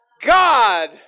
God